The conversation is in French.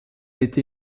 été